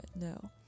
no